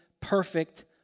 perfect